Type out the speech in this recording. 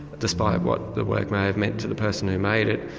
despite what the work may have meant to the person who made it,